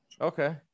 Okay